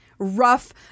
rough